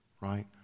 right